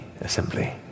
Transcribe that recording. assembly